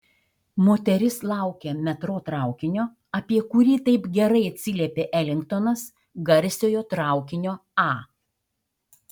moteris laukė metro traukinio apie kurį taip gerai atsiliepė elingtonas garsiojo traukinio a